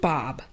Bob